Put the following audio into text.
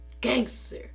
gangster